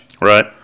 right